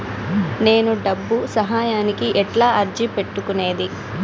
నేను డబ్బు సహాయానికి ఎట్లా అర్జీ పెట్టుకునేది?